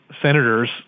senators